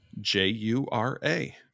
J-U-R-A